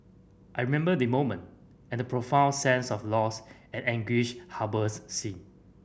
I remember the moment and the profound sense of loss and anguish harbour sin